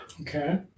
Okay